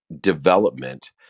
development